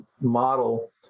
model